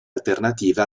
alternative